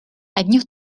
одних